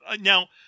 now